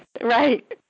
Right